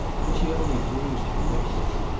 but she only bruised her wrists.